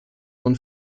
und